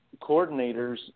coordinators